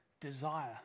desire